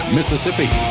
Mississippi